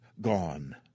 gone